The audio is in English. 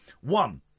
One